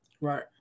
right